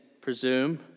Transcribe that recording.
presume